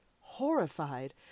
horrified